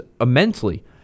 immensely